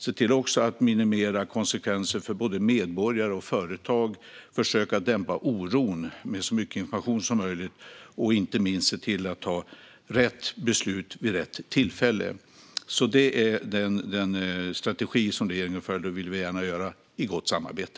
Vi ska se till att minimera konsekvenser för både medborgare och företag. Vi ska med så mycket information som möjligt försöka dämpa oron. Och vi ska inte minst se till att ta rätt beslut vid rätt tillfälle. Det är den strategi som regeringen följer, och det vill vi gärna göra i gott samarbete.